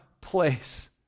place